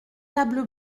tables